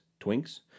twinks